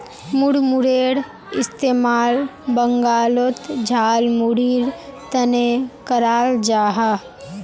मुड़मुड़ेर इस्तेमाल बंगालोत झालमुढ़ीर तने कराल जाहा